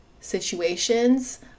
situations